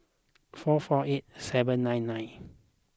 four four eight seven nine nine